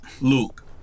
Luke